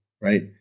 right